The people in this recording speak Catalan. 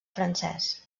francès